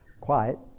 quiet